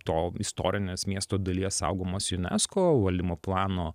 to istorinės miesto dalies saugomos unesco valdymo plano